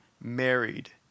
married